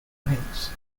events